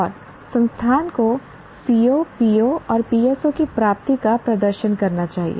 और संस्थान को CO PO और PSO की प्राप्ति का प्रदर्शन करना चाहिए